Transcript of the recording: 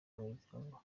imiryango